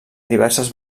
diverses